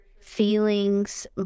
feelings